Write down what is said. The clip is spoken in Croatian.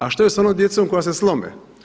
A što je sa onom djecom koja se slome?